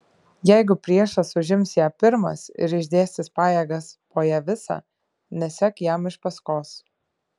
jeigu priešas užims ją pirmas ir išdėstys pajėgas po ją visą nesek jam iš paskos